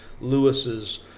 lewis's